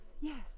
yes